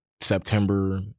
September